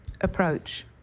approach